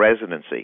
residency